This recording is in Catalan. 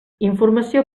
informació